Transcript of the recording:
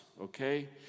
Okay